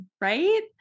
right